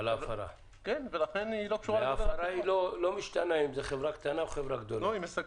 ההפרה לא משתנה אם זה חברה קטנה או חברה גדולה.